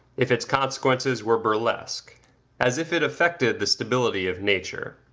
if its consequences were burlesque as if it affected the stability of nature.